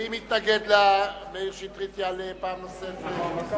ואם יתנגד לה, מאיר שטרית יעלה פעם נוספת, נכון,